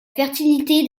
fertilité